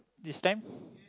this time